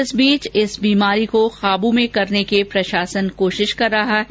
इस बीच इस बीमारी को कांबू करने के लिए प्रशासन कोशिश कर रहा है